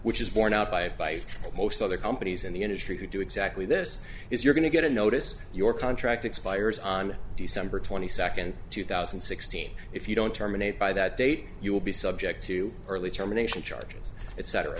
which is borne out by by most other companies in the industry to do exactly this is you're going to get a notice your contract expires on december twenty second two thousand and sixteen if you don't terminate by that date you will be subject to early termination charges et